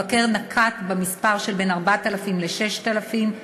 המבקר נקט מספר של בין 4,000 ל-6,000,